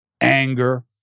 anger